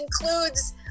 includes